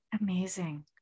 Amazing